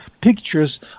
pictures